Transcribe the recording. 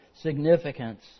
significance